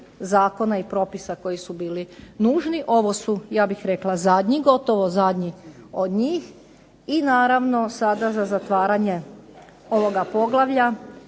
zakona i propisa koji su bili nužni. Ovo su ja bih rekla zadnji, gotovo zadnji od njih i naravno sada za zatvaranje ovoga poglavlja